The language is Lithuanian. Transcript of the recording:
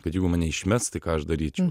kad jeigu mane išmes tai ką aš daryčiau